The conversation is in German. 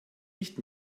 nicht